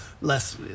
less